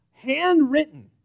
handwritten